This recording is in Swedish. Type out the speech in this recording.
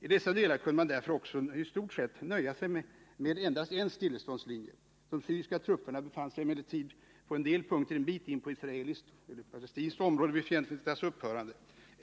I dessa delar kunde man därför också i stort sett nöja sig med endast en stilleståndslinje. De syriska trupperna befann sig emellertid på en del punkter en bit in på israeliskt eller palestinskt område vid fientligheternas upphörande.